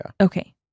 Okay